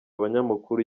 abanyamakuru